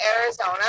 Arizona